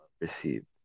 received